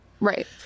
Right